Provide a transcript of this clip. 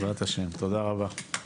תודה רבה.